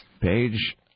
page